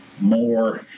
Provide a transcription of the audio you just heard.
more